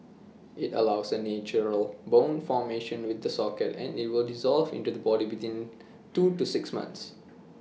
IT allows send natural bone formation with the socket and will dissolve in the body within two to six months